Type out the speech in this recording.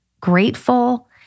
grateful